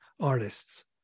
artists